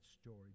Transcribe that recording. story